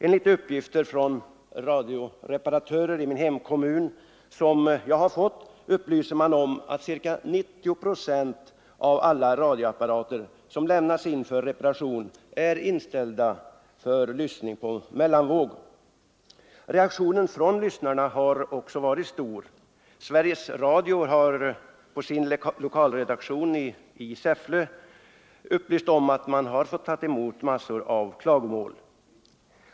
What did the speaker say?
Enligt uppgifter från radioreparatörer i min hemkommun är ca 90 procent av alla radioapparater som lämnas in för reparation inställda för avlyssning på mellanvåg. Reaktionen från lyssnarna har varit mycket stark. Sveriges Radio har på sin lokalredaktion i Säffle upplyst om att man har tagit emot massor av klagomål.